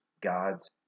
God's